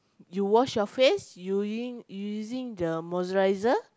you wash your face using using the moisturizer